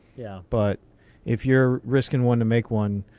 yeah but if you're risking one to make one,